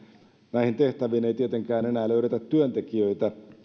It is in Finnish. näihin tehtäviin ei tietenkään enää löydetä työntekijöitä